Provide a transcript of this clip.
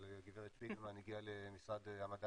אבל גב' שפיגלמן הגיעה למשרד המדע